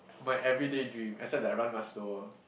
my everyday dream except that I run much slower